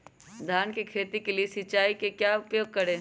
धान की खेती के लिए सिंचाई का क्या उपयोग करें?